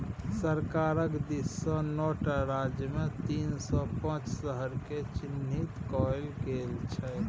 सरकारक दिससँ नौ टा राज्यमे तीन सौ पांच शहरकेँ चिह्नित कएल गेल छै